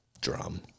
Drum